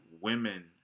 women